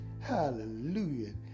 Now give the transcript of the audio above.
Hallelujah